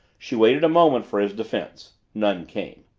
she waited a moment for his defense. none came.